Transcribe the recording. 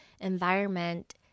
environment